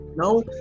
Now